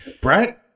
brett